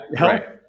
right